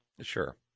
Sure